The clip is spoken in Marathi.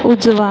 उजवा